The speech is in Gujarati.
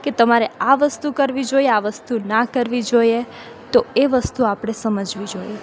કે તમારે આ વસ્તુ કરવી જોઈએ આ વસ્તુ ન કરવી જોઈએ તો એ વસ્તુ આપણે સમજવી જોઈએ